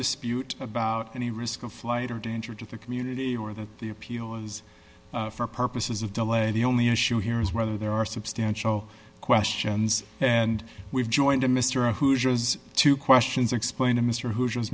dispute about any risk of flight or danger to the community or that the appeal is for purposes of delay the only issue here is whether there are substantial questions and we've joined to mr a who has two questions explain to mr hoo